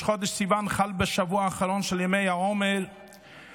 ראש חודש סיוון חל בשבוע האחרון של ימי העומר שנקבעו